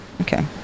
Okay